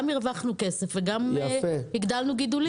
גם הרוויחו כסף וגם הגדילו גידולים.